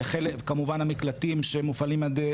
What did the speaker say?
וחלק מהמקלטים שמופעלים על ידי